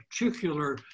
particular